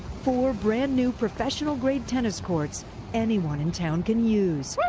four brand new professional grade tennis courts anyone in town can use.